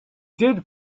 did